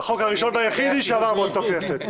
החוק הראשון והיחיד שעבר באותה כנסת.